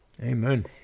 Amen